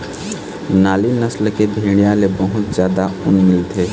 नाली नसल के भेड़िया ले बहुत जादा ऊन मिलथे